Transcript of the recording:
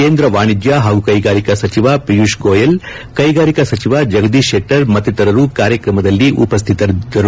ಕೇಂದ್ರ ವಾಣಿಜ್ಞ ಹಾಗೂ ಕೈಗಾರಿಕಾ ಸಚಿವ ಪಿಯೂಷ್ ಗೋಯಲ್ ಕೈಗಾರಿಕಾ ಸಚಿವ ಜಗದೀಶ್ ಶೆಟ್ಟರ್ ಮತ್ತಿತರರು ಕಾರ್ಯಕ್ರಮದಲ್ಲಿ ಉಪಸ್ಥಿತರಿದ್ದರು